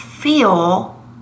feel